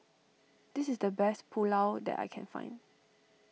this is the best Pulao that I can find